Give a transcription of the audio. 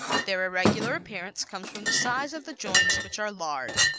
their irregular appearance comes from the size of the joints which are large,